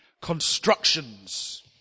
constructions